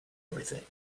everything